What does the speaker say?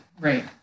Right